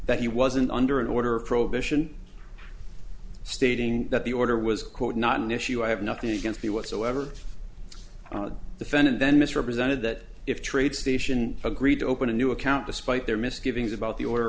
that he wasn't under an order of prohibition stating that the order was quote not an issue i have nothing against the whatsoever the fed and then misrepresented that if trade station agreed to open a new account despite their misgivings about the order